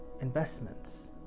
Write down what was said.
investments